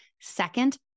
Second